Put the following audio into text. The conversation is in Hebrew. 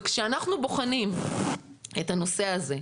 כשאנחנו בוחנים את הנושא הזה,